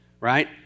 right